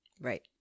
right